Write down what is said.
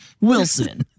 wilson